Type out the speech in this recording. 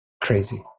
crazy